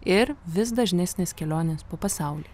ir vis dažnesnės kelionės po pasaulį